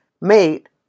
mate